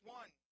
one